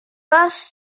vaas